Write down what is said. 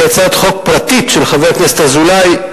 היא הצעת חוק פרטית של חבר הכנסת אזולאי,